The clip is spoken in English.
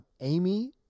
Amy